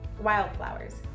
wildflowers